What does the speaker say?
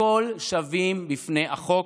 הכול שווים בפני החוק,